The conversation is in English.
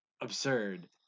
Absurd